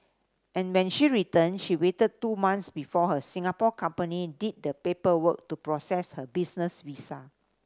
and when she returned she waited two months before her Singapore company did the paperwork to process her business visa